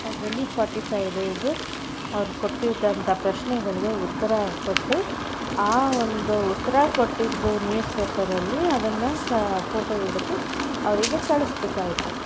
ಅದರಲ್ಲಿ forty five days ಅವರು ಕೊಟ್ಟಿದ್ದಂಥ ಪ್ರಶ್ನೆಗಳಿಗೆ ಉತ್ತರ ಕೊಟ್ಟು ಆ ಒಂದು ಉತ್ತರ ಕೊಟ್ಟಿದ್ದು ನ್ಯೂಸ್ ಪೇಪರಲ್ಲಿ ಅದನ್ನು ಕ ಫೋಟೋ ಹಿಡಿದು ಅವರಿಗೆ ಕಳಿಸ್ಬೇಕಾಗಿತ್ತು